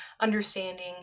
understanding